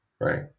Right